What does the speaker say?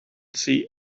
see